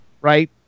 right